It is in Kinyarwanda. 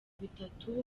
bitatu